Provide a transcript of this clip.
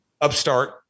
upstart